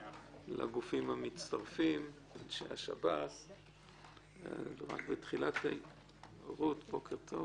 לגופים המצטרפים, אנשי השב"ס; רות קנאי, בוקר טוב.